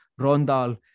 Rondal